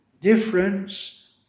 difference